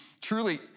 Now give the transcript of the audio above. truly